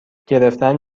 گرفتن